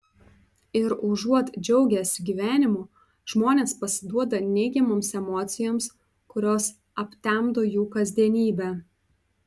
ir užuot džiaugęsi gyvenimu žmonės pasiduoda neigiamoms emocijoms kurios aptemdo jų kasdienybę